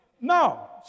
No